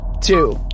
two